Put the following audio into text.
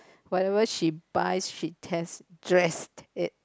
whatever she buy she test dress it